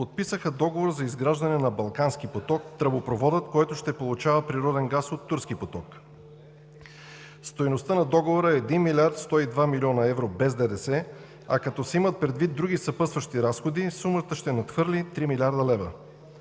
подписаха договор за изграждане на „Балкански поток“ – тръбопроводът, който ще получава природен газ от „Турски поток“. Стойността на договора е 1 млрд. 102 млн. евро без ДДС, а като се имат предвид други съпътстващи разходи, сумата ще надхвърли 3 млрд. лв.